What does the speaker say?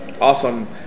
awesome